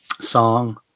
song